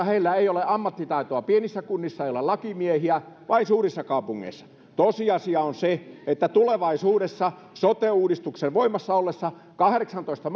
heillä ei ole ammattitaitoa pienissä kunnissa ei ole lakimiehiä vain suurissa kaupungeissa tosiasia on se että tulevaisuudessa sote uudistuksen voimassa ollessa kahdeksantoista